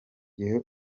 gihe